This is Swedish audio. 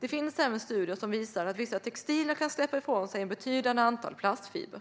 Det finns även studier som visar att vissa textilier kan släppa ifrån sig ett betydande antal plastfibrer.